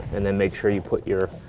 and then make sure you put your